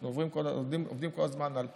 אנחנו עובדים כל הזמן על פסילות,